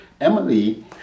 Emily